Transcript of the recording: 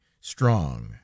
strong